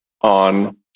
on